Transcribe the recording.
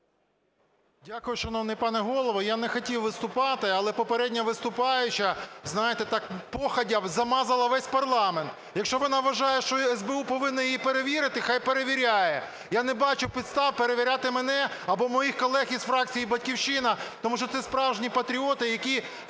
Дякую, шановний пане Голово. Я не хотів виступати, але попередня виступаюча, знаєте, так походя замазала весь парламент. Якщо вона вважає, що СБУ повинно її перевірити, хай перевіряє. Я не бачу підстав перевіряти мене або моїх колег із фракції "Батьківщина", тому що це справжні патріоти, які,